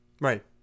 Right